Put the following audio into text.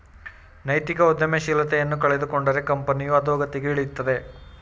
ನೈತಿಕ ಉದ್ಯಮಶೀಲತೆಯನ್ನು ಕಳೆದುಕೊಂಡರೆ ಕಂಪನಿಯು ಅದೋಗತಿಗೆ ಇಳಿಯುತ್ತದೆ